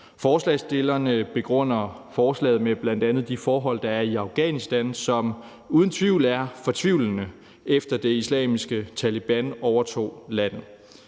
Forslagsstillerne begrunder forslaget med bl.a. de forhold, der er i Afghanistan, som uden tvivl er fortvivlende, efter at det islamiske Taleban overtog landet.